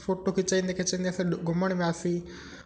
photo खिचाईंदे खिचाईंदे असां घुमणु वियासीं